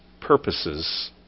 purposes